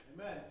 Amen